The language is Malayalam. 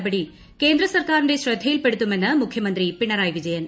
നടപടി കേന്ദ്ര സർക്കാരിന്റെ ശ്രദ്ധയിൽപെടുത്തുമെന്ന് മുഖ്യമന്ത്രി പിണറായി വിജയൻ